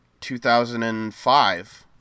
2005